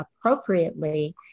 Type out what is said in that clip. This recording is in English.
appropriately